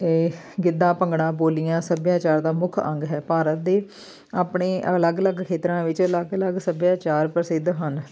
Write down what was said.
ਗਿੱਧਾ ਭੰਗੜਾ ਬੋਲੀਆਂ ਸੱਭਿਆਚਾਰ ਦਾ ਮੁੱਖ ਅੰਗ ਹੈ ਭਾਰਤ ਦੇ ਆਪਣੇ ਅਲੱਗ ਅਲੱਗ ਖੇਤਰਾਂ ਵਿੱਚ ਅਲੱਗ ਅਲੱਗ ਸੱਭਿਆਚਾਰ ਪ੍ਰਸਿੱਧ ਹਨ